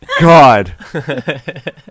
God